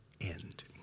end